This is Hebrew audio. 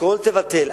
הכול תבטל,